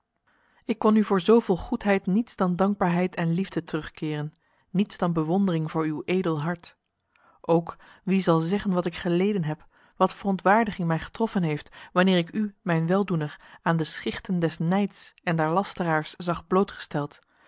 ik kon u voor zoveel goedheid niets dan dankbaarheid en liefde terugkeren niets dan bewondering voor uw edel hart ook wie zal zeggen wat ik geleden heb wat verontwaardiging mij getroffen heeft wanneer ik u mijn weldoener aan de schichten des nijds en der lasteraars zag blootgesteld